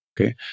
Okay